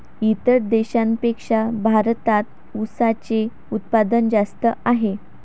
इतर देशांपेक्षा भारतात उसाचे उत्पादन जास्त आहे